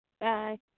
bye